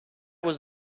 was